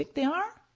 they are?